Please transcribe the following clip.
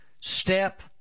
step